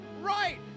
right